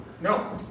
No